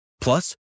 Plus